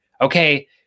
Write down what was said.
okay